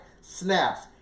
snaps